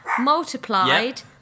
multiplied